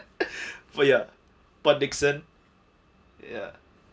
for ya port dickson ya